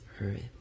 earth